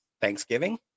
Thanksgiving